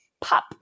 pop